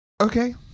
Okay